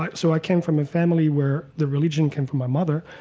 like so i came from a family where the religion came from my mother.